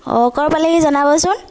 ক'ৰ পালেহি জনাবচোন